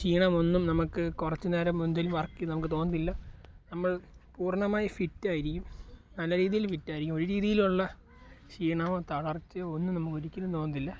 ക്ഷീണമൊന്നും നമുക്ക് കുറച്ച് നേരം എന്തേലും വർക്ക് ചെയ്താൽ നമുക്ക് തോന്നത്തില്ല നമ്മൾ പൂർണ്ണമായും ഫിറ്റായിരിക്കും നല്ല രീതിയിൽ ഫിറ്റായിരിക്കും ഒരു രീതിയിലുള്ള ക്ഷീണമോ തളർച്ചയോ ഒന്നും നമുക്ക് ഒരിക്കലും തോന്നത്തില്ല